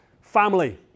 family